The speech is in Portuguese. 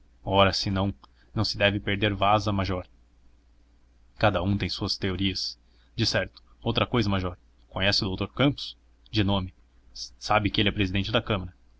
ora se não não se deve perder vaza major cada um tem as suas teorias decerto outra cousa major conhece o doutor campos de nome sabe que ele é presidente da câmara